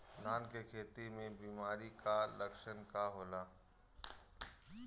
धान के खेती में बिमारी का लक्षण का होला?